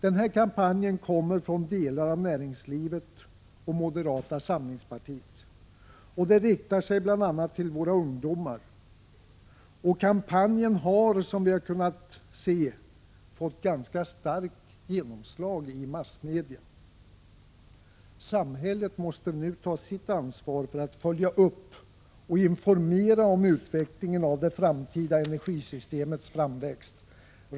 Den här kampanjen, som kommer från delar av näringslivet och moderata samlingspartiet, riktar sig bl.a. till våra ungdomar, och kampanjen har som vi har kunnat se fått ganska starkt genomslag i massmedia. Samhället måste nu ta sitt ansvar för att följa upp och informera om utvecklingen av det framtida energisystemets framväxt.